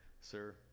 Sir